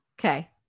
Okay